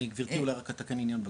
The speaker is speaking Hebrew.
גברתי אולי רק אתקן עניין בג"צ,